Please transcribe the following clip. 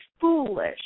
foolish